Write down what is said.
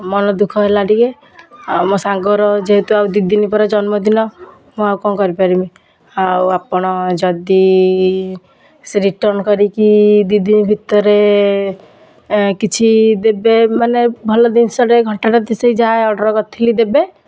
ମନ ଦୁଃଖ ହେଲା ଟିକେ ଆଉ ମୋ ସାଙ୍ଗର ଯେହେତୁ ଆଉ ଦୁଇ ଦିନ ପରେ ଜନ୍ମଦିନ ମୁଁ ଆଉ କ'ଣ କରି ପାରିବି ଆଉ ଆପଣ ଯଦି ସି ରିଟର୍ନ୍ କରିକି ଦି ଦିନ ଭିତରେ ଏ କିଛି ଦେବେ ମାନେ ଭଲ ଜିନିଷଟାଏ ଘଣ୍ଟାଟେ ସେ ଯାହା ଅର୍ଡ଼ର୍ କରିଥିଲି ଦେବେ